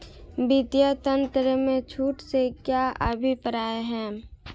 वित्तीय तंत्र में छूट से क्या अभिप्राय है?